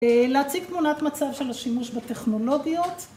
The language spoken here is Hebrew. להציג תמונת מצב של השימוש בטכנולוגיות